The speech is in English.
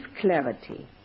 clarity